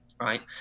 right